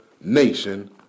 nation